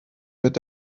mit